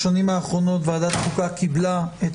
בשנים האחרונות ועדת חוקה קיבלה את